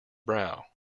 brow